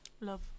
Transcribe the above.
love